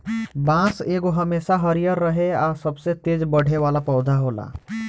बांस एगो हमेशा हरियर रहे आ सबसे तेज बढ़े वाला पौधा होला